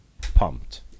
pumped